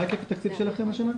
מה היקף התקציב שלכם השנה?